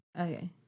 Okay